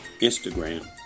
Instagram